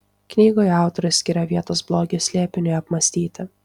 knygoje autorius skiria vietos blogio slėpiniui apmąstyti